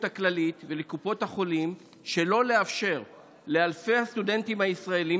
הכללית ולקופות החולים שלא לאפשר לאלפי הסטודנטים הישראלים